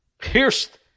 pierced